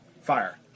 fire